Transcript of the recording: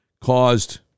caused